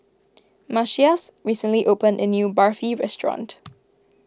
Matias recently opened a new Barfi restaurant